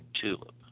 tulip